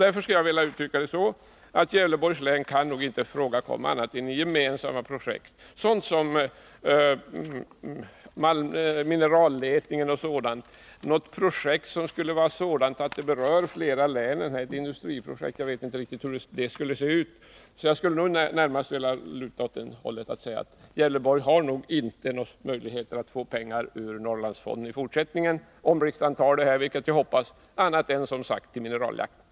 Jag skulle vilja uttrycka saken så, att Gävleborgs län nog inte kan ifrågakomma annat än om det gäller gemensamma projekt, mineralletning och sådant. Något industriprojekt som skulle vara sådant att det berör flera län känner jag inte till och vet inte hur det skulle se ut. Jag skulle närmast vilja säga att Gävleborgs län inte har några möjligheter att få pengar ur Norrlandsfonden i fortsättningen annat än till mineraljakt, om riksdagen antar detta förslag, vilket jag hoppas.